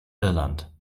irland